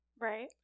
Right